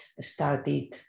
started